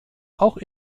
auch